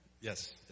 Yes